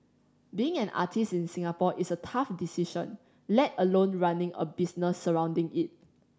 being an artist in Singapore is a tough decision let alone running a business surrounding it